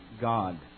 God